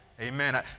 Amen